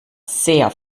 sehr